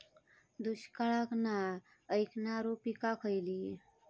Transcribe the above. दुष्काळाक नाय ऐकणार्यो पीका खयली?